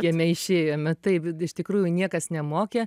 jame išėjome taip iš tikrųjų niekas nemokė